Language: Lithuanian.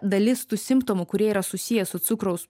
dalis tų simptomų kurie yra susiję su cukraus